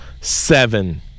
Seven